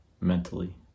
mentally